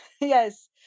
yes